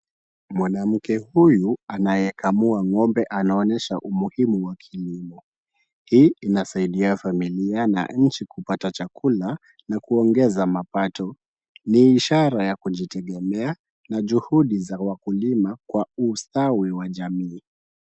Mwanamke huyu anayekamua ng'ombe anaonyesha umuhimu wa kilimo. Hii inasaidia familia na nchi kupata chakula na kuongeza mapato. Ni ishara ya kujitegemea na juhudi za wakulima kwa ustawi wa jamii.